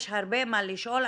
יש הרבה מה לשאול,